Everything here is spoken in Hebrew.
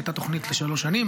היא הייתה תוכנית לשלוש שנים.